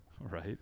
Right